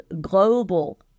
global